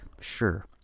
Sure